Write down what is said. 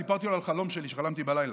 סיפרתי לו על חלום שלי שחלמתי בלילה.